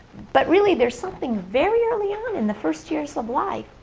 but really there's something very early on in the first years of life.